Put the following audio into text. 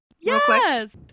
yes